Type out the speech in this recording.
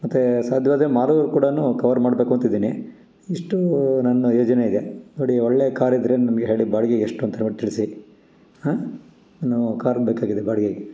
ಮತ್ತು ಸಾಧ್ಯವಾದರೆ ಮಾಲೂರು ಕೂಡಾ ಕವರ್ ಮಾಡಬೇಕು ಅಂತಿದ್ದೀನಿ ಇಷ್ಟು ನನ್ನ ಯೋಜನೆ ಇದೆ ನೋಡಿ ಒಳ್ಳೆ ಕಾರಿದ್ದರೆ ನಮಗೆ ಹೇಳಿ ಬಾಡ್ಗೆಗೆ ಎಷ್ಟು ಅಂತ ಹೇಳ್ಬಿಟ್ಟು ತಿಳಿಸಿ ಹಾಂ ಒಂದು ಕಾರು ಬೇಕಾಗಿದೆ ಬಾಡಿಗೆಗೆ